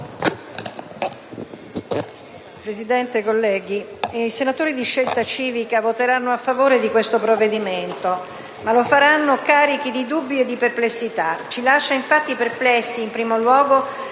Presidente, i senatori dal Gruppo Scelta Civica voteranno a favore di questo provvedimento, ma lo faranno carichi di dubbi e perplessità. Ci lascia infatti perplessi, in primo luogo,